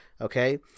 Okay